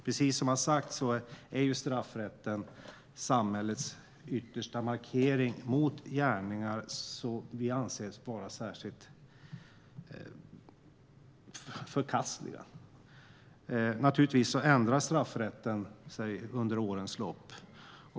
Precis som har sagts är straffrätten samhällets yttersta markering mot gärningar som anses vara särskilt förkastliga. Naturligtvis förändras straffrätten under årens lopp.